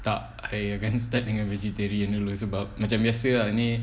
tak I akan start dengan vegetarian dulu sebab macam biasa ah ni